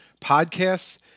podcasts